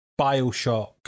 Bioshock